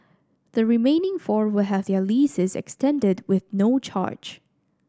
the remaining four will have their leases extended with no charge